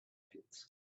pits